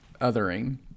Othering